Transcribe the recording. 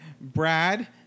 Brad